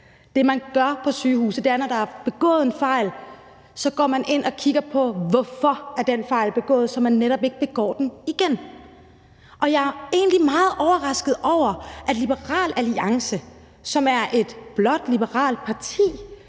Det, man gør på sygehuse, er, at når der er begået en fejl, går man ind og kigger på, hvorfor den fejl er begået, så man netop ikke begår den igen. Og jeg er egentlig meget overrasket over, at Liberal Alliance, som er et blåt, liberalt parti,